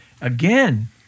again